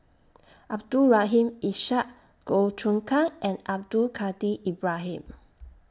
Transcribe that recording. Abdul Rahim Ishak Goh Choon Kang and Abdul Kadir Ibrahim